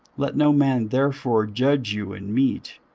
let no man therefore judge you in meat,